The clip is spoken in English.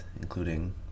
including